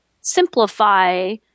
simplify